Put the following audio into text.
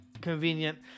convenient